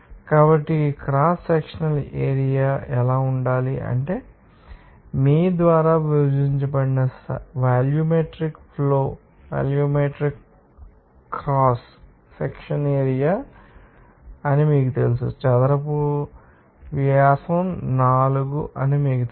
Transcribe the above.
కాబట్టి cross sectional area ఎలా ఉండాలి అంటే మీ ద్వారా విభజించబడిన volumetric flow volumetric cross section area అని మీకు తెలుసు చదరపు ద్వారా వ్యాసం నాలుగు అని మీకు తెలుసు